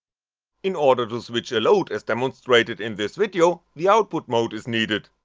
in order to switch a load as demonstrated in this video, the output mode is needed.